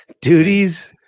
Duties